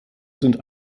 sind